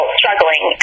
struggling